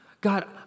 God